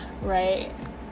right